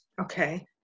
Okay